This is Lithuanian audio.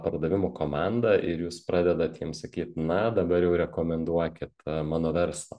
pardavimų komanda ir jūs pradedat jiems sakyt na dabar jau rekomenduokit mano verslą